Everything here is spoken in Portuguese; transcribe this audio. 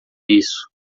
isso